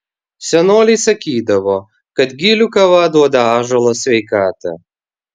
senoliai sakydavo kad gilių kava duoda ąžuolo sveikatą